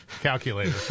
calculator